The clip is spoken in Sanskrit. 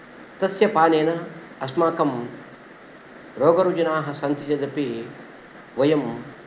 तस्य पानेन अस्माकं रोगरुजिनाः सन्ति चेदपि वयं